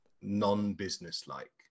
non-business-like